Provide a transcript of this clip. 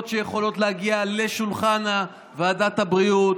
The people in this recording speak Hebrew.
שיכולות להגיע לשולחן ועדת הבריאות.